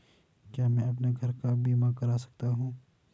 क्या मैं अपने घर का बीमा करा सकता हूँ?